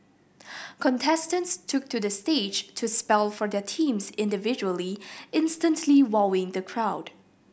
contestants took to the stage to spell for their teams individually instantly wowing the crowd